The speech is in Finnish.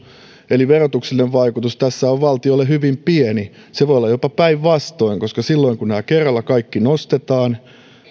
eli verotuksellinen vaikutus valtiolle tässä on hyvin pieni se voi olla jopa päinvastoin koska silloin kun nämä kaikki kerralla nostetaan